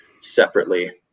separately